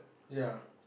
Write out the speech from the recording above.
ya